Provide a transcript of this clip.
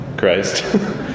Christ